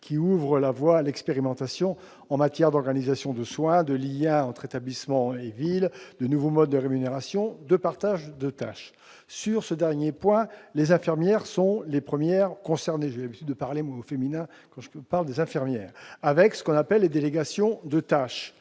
qui ouvre la voie à l'expérimentation en matière d'organisation de soins, de lien entre établissement et ville, de nouveau mode de rémunération et de partage de tâches. Sur ce dernier point, les infirmières- j'ai l'habitude de parler au féminin -sont les premières concernées, avec ce que l'on appelle les délégations de tâches.